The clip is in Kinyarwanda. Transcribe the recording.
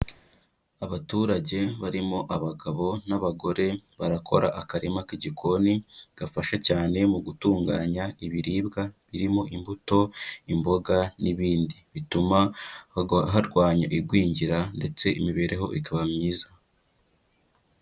Abaturage barimo abagabo n'abagore, barakora akarima k'igikoni, gafasha cyane mu gutunganya ibiribwa birimo imbuto, imboga n'ibindi. Bituma harwanya igwingira ndetse imibereho ikaba myiza.